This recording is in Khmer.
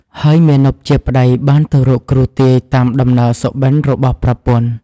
ហើយមាណពជាប្ដីបានទៅរកគ្រូទាយតាមដំណើរសប្ដិរបស់ប្រពន្ធ។